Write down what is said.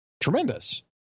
tremendous